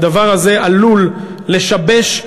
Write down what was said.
הדבר הזה עלול לשבש,